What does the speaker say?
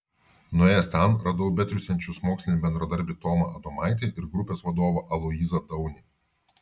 nuėjęs ten radau betriūsiančius mokslinį bendradarbį tomą adomaitį ir grupės vadovą aloyzą daunį